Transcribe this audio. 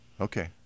Okay